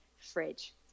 fridge